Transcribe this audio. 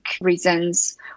reasons